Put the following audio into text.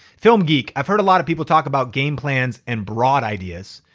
film geek, i've heard a lot of people talk about game plans and broad ideas,